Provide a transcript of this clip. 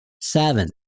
Seven